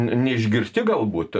neišgirsti galbūt